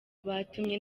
byatumye